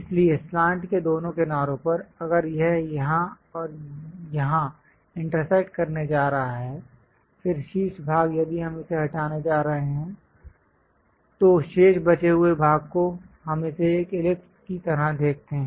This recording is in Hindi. इसलिए स्लांट के दोनों किनारों पर अगर यह यहाँ और यहाँ इंटरसेक्ट करने जा रहा है फिर शीर्ष भाग यदि हम इसे हटाने जा रहे हैं तो शेष बचे हुए भाग को हम इसे एक इलिप्स की तरह देखते हैं